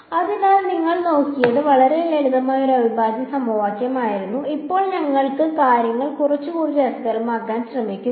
അതിനാൽ നിങ്ങൾ നോക്കിയത് വളരെ ലളിതമായ ഒരു അവിഭാജ്യ സമവാക്യമായിരുന്നു ഇപ്പോൾ ഞങ്ങൾ കാര്യങ്ങൾ കുറച്ചുകൂടി രസകരമാക്കാൻ ശ്രമിക്കും